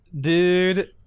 Dude